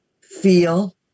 feel